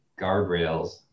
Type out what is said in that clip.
guardrails